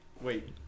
Wait